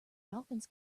dolphins